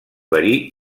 verí